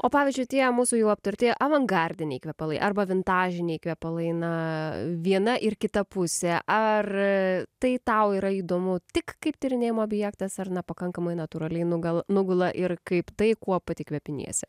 o pavyzdžiui tie mūsų jau aptarti avangardiniai kvepalai arba vintažiniai kvepalai na viena ir kita pusė ar tai tau yra įdomu tik kaip tyrinėjimo objektas ar na pakankamai natūraliai nugal nugula ir kaip tai kuo pati kvepiniesi